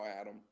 Adam